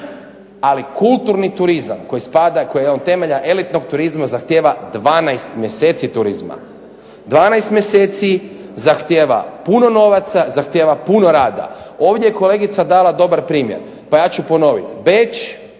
Ali kulturni turizam koji spada, koji je jedan od temelja elitnog turizma zahtijeva 12 mjeseci turizma, 12 mjeseci zahtijeva, zahtijeva puno novaca, zahtijeva puno rada. Ovdje je kolegica dala dobar primjer, pa ja ću ponoviti.